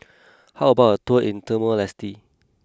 how about a tour in Timor Leste